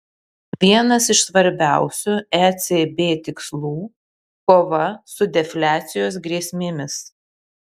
vienas iš svarbiausių ecb tikslų kova su defliacijos grėsmėmis